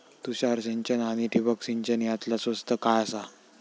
तुषार सिंचन आनी ठिबक सिंचन यातला स्वस्त काय आसा?